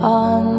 on